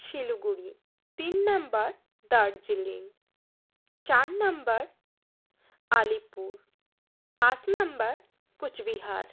শিলিগুড়ি তিন নম্বর দার্জিলিং চার নম্বর আলিপুর পাঁচ নম্বর কুচবিহার